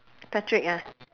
patrick ah